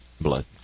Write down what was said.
blood